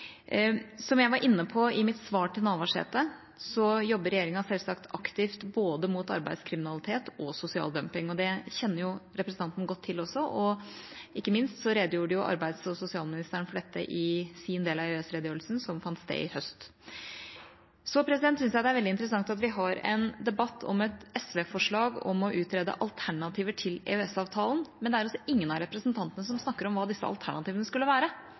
Som jeg var inne på i mitt svar til Navarsete, jobber regjeringa selvsagt aktivt mot både arbeidskriminalitet og sosial dumping. Det kjenner representanten godt til. Ikke minst redegjorde arbeids- og sosialministeren for dette i sin del av EØS-redegjørelsen, som fant sted i høst. Så syns jeg det er veldig interessant at vi har en debatt om et SV-forslag om å utrede alternativer til EØS-avtalen, men det er ingen av representantene som snakker om hva disse alternativene skulle være,